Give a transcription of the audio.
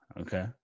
Okay